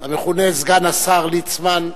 המכונה סגן השר ליצמן,